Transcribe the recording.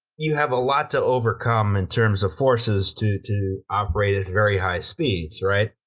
you have a lot to overcome in terms of forces to to operate at very high speed, right?